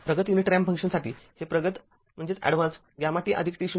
प्रगत unit ramp फंक्शनसाठी हे प्रगत γt t0आहे